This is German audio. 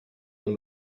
man